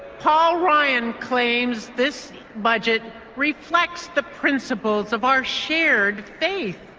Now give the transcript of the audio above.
paul ryan claims this budget reflects the principles of our shared faith.